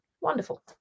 Wonderful